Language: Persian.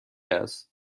است